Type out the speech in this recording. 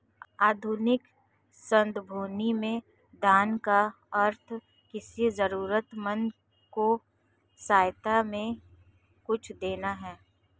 आधुनिक सन्दर्भों में दान का अर्थ किसी जरूरतमन्द को सहायता में कुछ देना है